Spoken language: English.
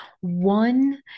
One